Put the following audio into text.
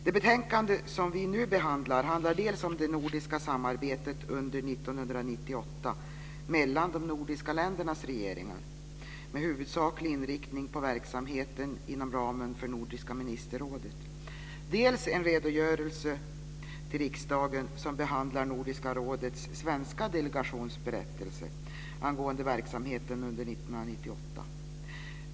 Det betänkande som vi nu behandlar handlar dels om det nordiska samarbetet under 1998 mellan de nordiska ländernas regeringar, med huvudsaklig inriktning på verksamheten inom ramen för Nordiska ministerrådet, dels om en redogörelse till riksdagen som behandlar Nordiska rådets svenska delegations berättelse angående verksamheten under 1998.